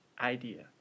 idea